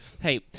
Hey